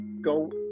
go